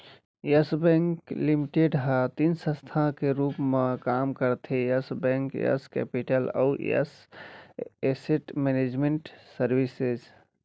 yes bank limited ह तीन संस्था के रूप म काम करथे यस बेंक, यस केपिटल अउ यस एसेट मैनेजमेंट सरविसेज